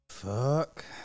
Fuck